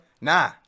Nah